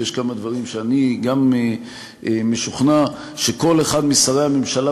ויש כמה דברים שאני גם משוכנע שכל אחד משרי הממשלה